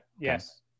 Yes